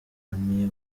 ronnie